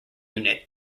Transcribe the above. unit